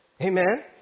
Amen